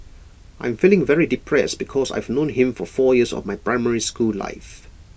I'm feeling very depressed because I've known him for four years of my primary school life